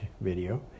video